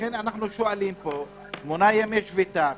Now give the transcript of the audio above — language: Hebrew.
לכן אנחנו שואלים שמונה ימי שביתה,